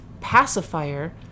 pacifier